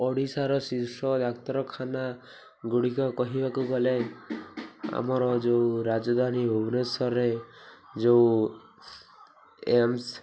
ଓଡ଼ିଶାର ଶୀର୍ଷ ଡାକ୍ତରଖାନା ଗୁଡ଼ିକ କହିବାକୁ ଗଲେ ଆମର ଯେଉଁ ରାଜଧାନୀ ଭୁବନେଶ୍ୱରରେ ଯେଉଁ ଏମ୍ସ